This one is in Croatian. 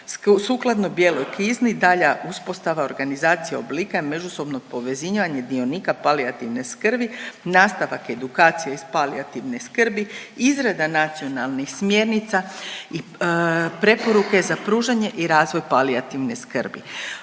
ne razumije./… dalja uspostava organizacije oblika i međusobnog povezivanja dionika palijativne skrbi, nastavak edukacije iz palijativne skrbi, izrada nacionalnih smjernica, preporuke za pružanje i razvoj palijativne skrbi,